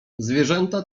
zwierzęta